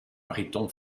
mariton